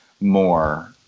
more